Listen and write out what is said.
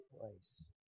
place